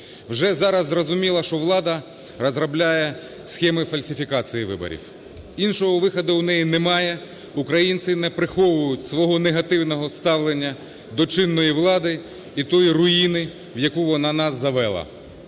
Вже зараз зрозуміло, що влада розробляє схеми фальсифікації виборів. Іншого виходу у неї немає, українці не приховують свого негативного ставлення до чинної влади і тої руїни, в яку вона нас завела.